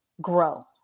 grow